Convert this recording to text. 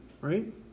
right